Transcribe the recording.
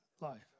life